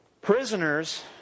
Prisoners